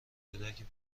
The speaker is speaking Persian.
کودک